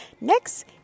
next